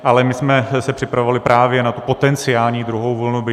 Ale my jsme se připravovali právě na tu potenciální druhou vlnu.